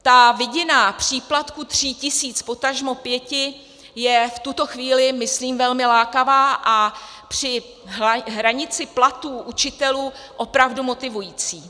Ta vidina příplatku tří tisíc, potažmo pěti, je v tuto chvíli myslím velmi lákavá a při hranici platů učitelů opravdu motivující.